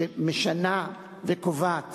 שמשנה וקובעת